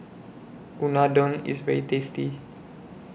Unadon IS very tasty